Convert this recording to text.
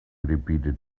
repeated